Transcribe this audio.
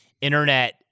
internet